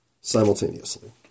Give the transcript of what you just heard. simultaneously